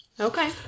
Okay